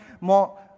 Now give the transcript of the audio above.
more